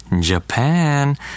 Japan